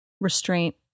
Restraint